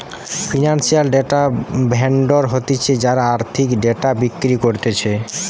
financial data vendor হতিছে যারা আর্থিক ডেটা বিক্রি করতিছে